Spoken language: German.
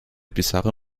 bizarre